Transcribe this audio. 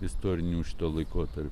istorinių iš to laikotarpio